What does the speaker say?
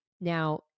now